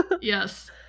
Yes